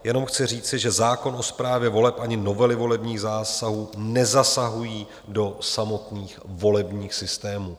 Jenom chci říci, že zákon o správě voleb ani novely volebních zákonů nezasahují do samotných volebních systémů.